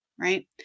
Right